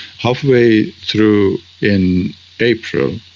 halfway through, in april,